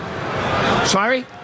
Sorry